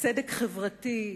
צדק חברתי.